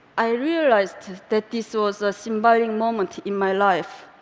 i realized that this was a symbolic moment in my life.